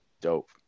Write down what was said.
dope